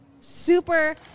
super